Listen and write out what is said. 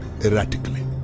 erratically